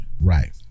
Right